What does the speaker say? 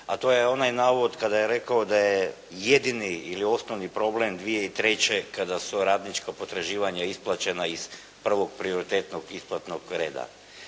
a to je onaj navod kada je rekao da je jedini ili osnovni problem 2003. kada su radnička potraživanja isplaćena iz prvog prioritetnog isplatnog reda.